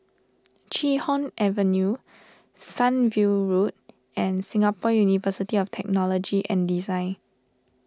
Chee Hoon Avenue Sunview Road and Singapore University of Technology and Design